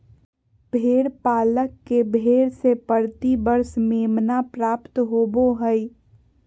भेड़ पालक के भेड़ से प्रति वर्ष मेमना प्राप्त होबो हइ